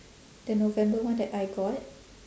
the november one that I got